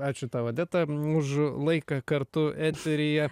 ačiū tau odeta už laiką kartu eteryje